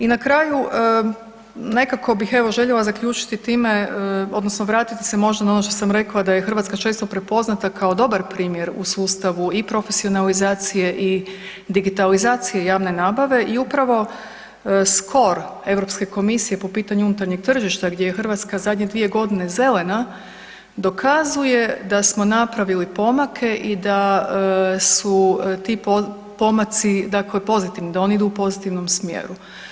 I na kraju nekako bih željela evo zaključiti time odnosno vratiti se možda na ono što sam rekla da je Hrvatska često prepoznata kao dobar primjer u sustavu i profesionalizacije i digitalizacije javne nabave i upravo SCOR Europske komisije po pitanju unutarnjeg tržišta gdje je Hrvatska zadnje dvije godine zelena, dokazuje da smo napravili pomake i da su ti pomaci pozitivni, da oni idu u pozitivnom smjeru.